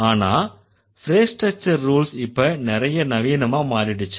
ஆனா phrase structure rules இப்ப நிறைய நவீனமா மாறிடுச்சு